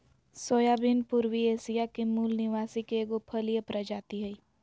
soybean पूर्वी Asia के मूल निवासी के एगो फलिय प्रजाति हइ